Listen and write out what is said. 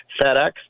FedEx